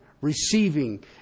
receiving